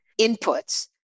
inputs